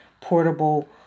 portable